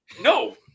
No